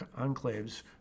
enclaves